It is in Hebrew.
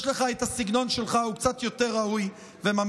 יש לך את הסגנון שלך, הוא קצת יותר ראוי וממלכתי.